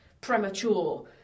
premature